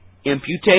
imputation